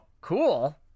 cool